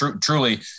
truly